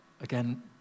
again